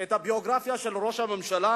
את הביוגרפיה של ראש הממשלה,